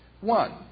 One